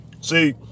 See